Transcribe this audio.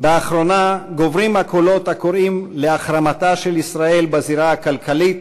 באחרונה גוברים הקולות הקוראים להחרמתה של ישראל בזירה הכלכלית,